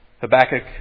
Habakkuk